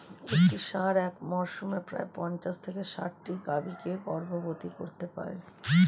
একটি ষাঁড় এক মরসুমে প্রায় পঞ্চাশ থেকে ষাটটি গাভী কে গর্ভবতী করতে পারে